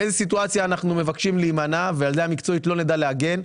מאיזה סיטואציה אנחנו מבקשים להימנע ועל זה מקצועית לא נדע להגן,